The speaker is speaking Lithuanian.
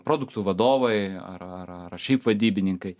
produktų vadovai ar ar ar šiaip vadybininkai